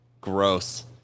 gross